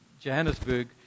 Johannesburg